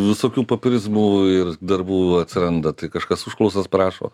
visokių popierizmų ir darbų atsiranda tai kažkas užklausas prašo